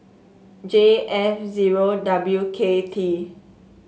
J F zero W K T